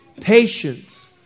patience